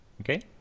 Okay